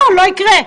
לא יקרה.